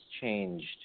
changed